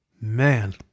Man